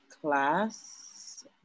class